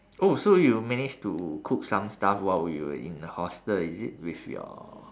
oh so you managed to cook some stuff while you were in hostel is it with your